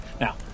Now